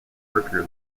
worker